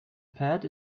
pad